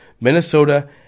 Minnesota